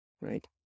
right